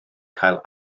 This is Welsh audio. cael